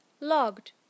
Logged